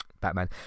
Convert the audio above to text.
Batman